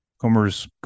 Comer's